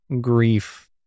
grief